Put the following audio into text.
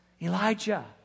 Elijah